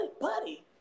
buddy